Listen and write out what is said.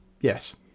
Yes